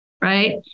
Right